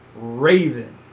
Raven